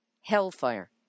Hellfire